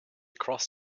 across